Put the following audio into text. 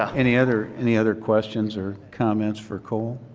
um any other any other questions or comments for coal?